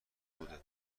بوده